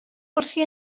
wrthi